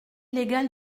légale